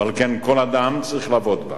ועל כן כל אדם צריך לעבוד בה,